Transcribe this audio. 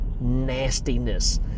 nastiness